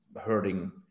hurting